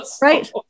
Right